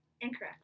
Incorrect